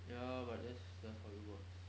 ya but that's just how it works